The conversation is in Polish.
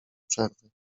przerwy